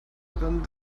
daran